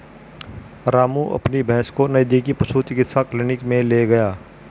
रामू अपनी भैंस को नजदीकी पशु चिकित्सा क्लिनिक मे ले गया